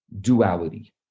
duality